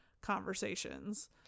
conversations